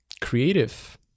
creative